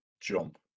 jump